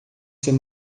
ser